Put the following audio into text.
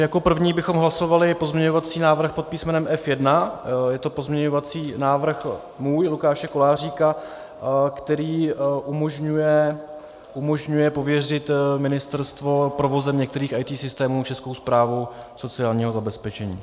Jako první bychom hlasovali pozměňovací návrh pod písmenem F1, je to pozměňovací návrh můj, Lukáše Koláříka, který umožňuje pověřit ministerstvo provozem některých IT systémů Českou správu sociálního zabezpečení.